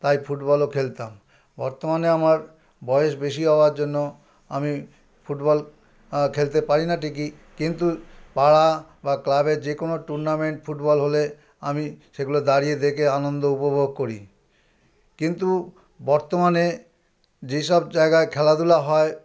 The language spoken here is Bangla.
তাই ফুটবলও খেলতাম বর্তমানে আমার বয়স বেশি হওয়ার জন্য আমি ফুটবল খেলতে পারি না ঠিকই কিন্তু পাড়া বা ক্লাবে যে কোনো টুর্নামেন্ট ফুটবল হলে আমি সেগুলো দাঁড়িয়ে দেখে আনন্দ উপভোগ করি কিন্তু বর্তমানে যে সব জায়গায় খেলাধুলা হয়